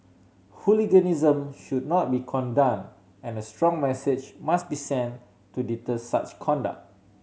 hooliganism should not be condone and a strong message must be sent to deter such conduct